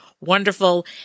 wonderful